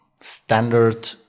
standard